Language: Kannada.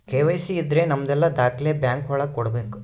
ಕೆ.ವೈ.ಸಿ ಇದ್ರ ನಮದೆಲ್ಲ ದಾಖ್ಲೆ ಬ್ಯಾಂಕ್ ಒಳಗ ಕೊಡ್ಬೇಕು